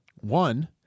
one